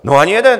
No, ani jeden.